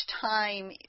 time